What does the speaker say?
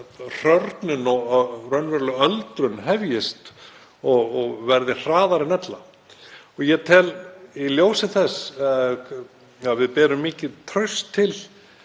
hrörnun og raunveruleg öldrun hefjist og verði hraðari en ella. Ég vil, í ljósi þess að við berum mikið traust til